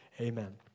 Amen